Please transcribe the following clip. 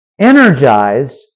energized